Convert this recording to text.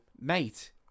Mate